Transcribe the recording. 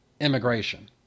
immigration